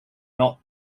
not